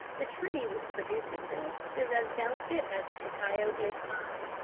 the tree which produces this is as delicate as the cacao is fine,